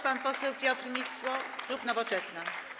Pan poseł Piotr Misiło, klub Nowoczesna.